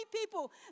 people